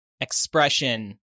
expression